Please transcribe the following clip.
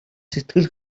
сэтгэл